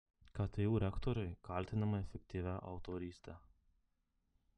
ktu rektoriui kaltinimai fiktyvia autoryste